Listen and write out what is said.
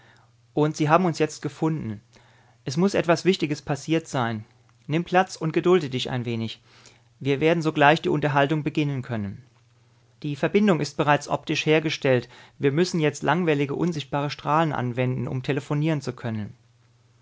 und sie haben uns jetzt gefunden es muß etwas wichtiges passiert sein nimm platz und gedulde dich ein wenig wir werden sogleich die unterhaltung beginnen können die verbindung ist bereits optisch hergestellt wir müssen jetzt langwellige unsichtbare strahlen anwenden um telephonieren zu können